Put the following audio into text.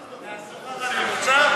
אם ההכנסה של הנכים תהיה צמודה לשכר הממוצע,